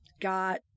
got